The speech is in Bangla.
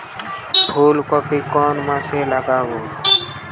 ফুলকপি কোন মাসে লাগাবো?